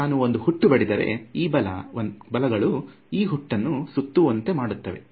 ಇಲ್ಲಿ ನಾನು ಒಂದು ಹುಟ್ಟು ಬಡಿದರೆ ಈ ಬಲಗಳು ಈ ಹುಟ್ಟನ್ನು ಸುತ್ತುವಂತೆ ಮಾಡುತ್ತವೆ